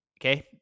Okay